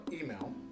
email